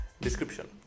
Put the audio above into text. Description